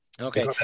Okay